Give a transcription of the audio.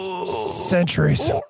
Centuries